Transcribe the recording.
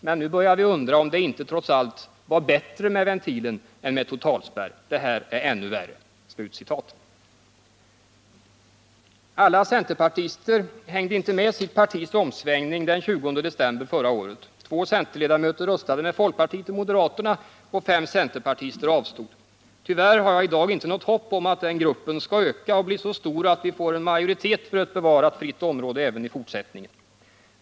Men nu börjar vi undra om det inte trots allt var bättre med ventilen än med totalspärr. Det här är ännu värre.” Alla centerpartister hängde inte med i sitt partis omsvängning den 20 december förra året. Två centerledamöter röstade med folkpartiet och moderaterna och fem centerpartister avstod. Tyvärr har jag i dag inte något hopp om att den gruppen skall öka och bli så stor att vi får en majoritet för ett bevarat fritt område även i fortsättningen.